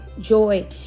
joy